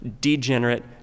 degenerate